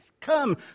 come